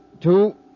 two